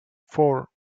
four